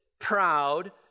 proud